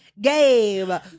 game